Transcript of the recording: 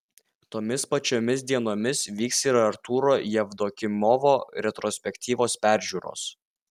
tomis pačiomis dienomis vyks ir artūro jevdokimovo retrospektyvos peržiūros